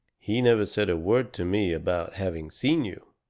he never said a word to me about having seen you.